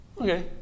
Okay